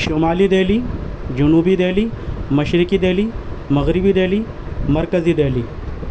شمالی دہلی جنوبی دہلی مشرقی دہلی مغربی دہلی مرکزی دہلی